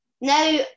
now